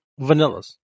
vanillas